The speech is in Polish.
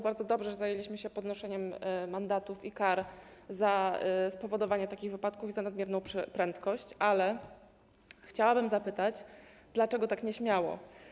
Bardzo dobrze, że zajęliśmy się podnoszeniem wysokości mandatów i kar za spowodowanie takich wypadków i za nadmierną prędkość, ale chciałabym zapytać, dlaczego tak nieśmiało.